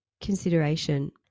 consideration